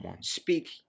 speak